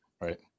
Right